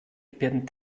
werden